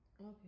okay